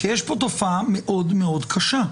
יש כאן תופעה מאוד קשה.